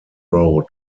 road